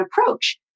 approach